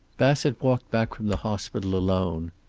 bassett walked back from the hospital alone.